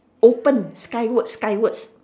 open skywards skywards